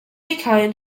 kind